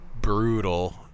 brutal